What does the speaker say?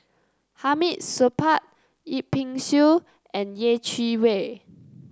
Hamid Supaat Yip Pin Xiu and Yeh Chi Wei